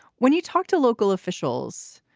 when you talk to local officials,